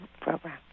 program